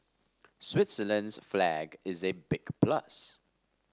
Switzerland's flag is a big plus